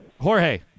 Jorge